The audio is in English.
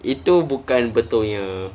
itu bukan betul punya